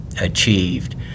achieved